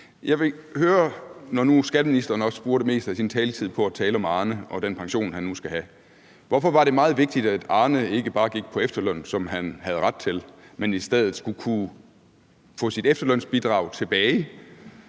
Jeg vil høre, når nu skatteministeren også bruger det meste af sin taletid på at tale om Arne og den pension, han nu skal have, hvorfor det var meget vigtigt, at Arne ikke bare gik på efterløn, som han havde ret til, men at han i stedet skulle kunne få sit efterlønsbidrag tilbage,